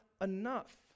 enough